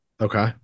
Okay